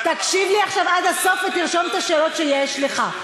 תקשיב לי עכשיו עד הסוף ותרשום את השאלות שיש לך.